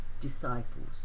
disciples